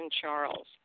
Charles